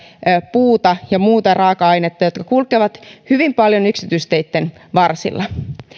puuta ja muuta raaka ainetta jotka kulkevat hyvin paljon yksityisteitten varsilla